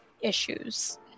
issues